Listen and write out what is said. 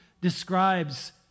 describes